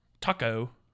Taco